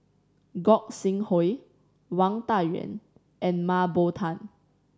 Gog Sing Hooi Wang Dayuan and Mah Bow Tan